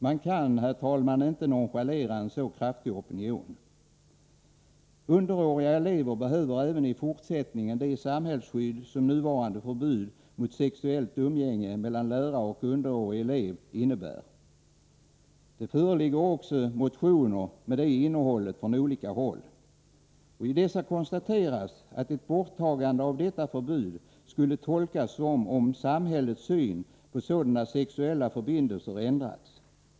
Man kan, herr talman, inte nonchalera en så kraftig opinion. Underåriga elever behöver även i fortsättningen det samhällsskydd som nuvarande förbud mot sexuellt umgänge mellan lärare och underårig elev innebär. Det föreligger också motioner från olika håll med det innehållet. I dessa konstateras att ett borttagande av detta förbud skulle tolkas som om samhällets syn på sådana sexuella förbindelser ändrats.